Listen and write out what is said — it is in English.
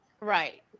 Right